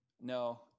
No